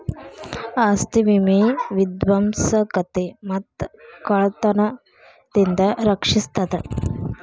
ಆಸ್ತಿ ವಿಮೆ ವಿಧ್ವಂಸಕತೆ ಮತ್ತ ಕಳ್ತನದಿಂದ ರಕ್ಷಿಸ್ತದ